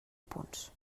punts